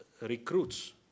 recruits